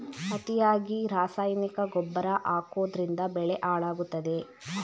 ಅತಿಯಾಗಿ ರಾಸಾಯನಿಕ ಗೊಬ್ಬರ ಹಾಕೋದ್ರಿಂದ ಬೆಳೆ ಹಾಳಾಗುತ್ತದೆ